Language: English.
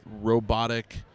robotic